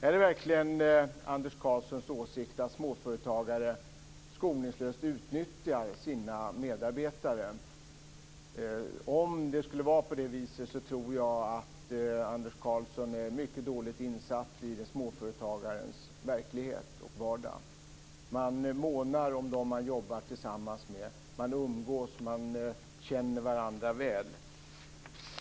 Är det verkligen Anders Karlssons åsikt att småföretagare skoningslöst utnyttjar sina medarbetare? Om det skulle vara på det viset, tror jag att Anders Karlsson är mycket dåligt insatt i småföretagarens verklighet och vardag. Man månar om dem som man jobbar tillsammans med, man umgås och känner varandra väl.